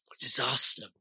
disaster